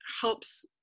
helps